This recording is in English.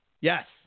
Yes